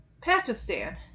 Pakistan